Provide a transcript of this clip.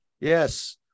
Yes